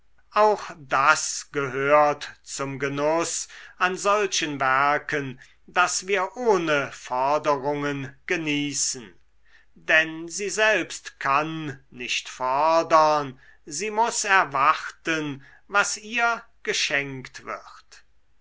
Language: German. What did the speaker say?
auch das gehört zum genuß an solchen werken daß wir ohne forderungen genießen denn sie selbst kann nicht fordern sie muß erwarten was ihr geschenkt wird